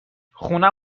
خونه